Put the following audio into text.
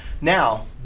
Now